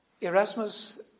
Erasmus